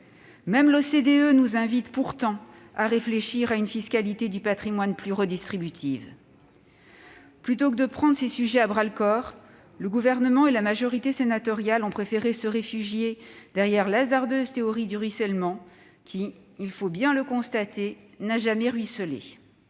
Même l'OCDE nous invite pourtant à réfléchir à une fiscalité du patrimoine plus redistributive. Plutôt que de prendre ces sujets à bras-le-corps, le Gouvernement et la majorité sénatoriale ont préféré se réfugier derrière la hasardeuse théorie du ruissellement, alors que l'argent- il faut bien le constater -n'a jamais ruisselé.